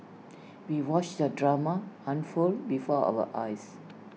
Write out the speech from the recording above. we watched the drama unfold before our eyes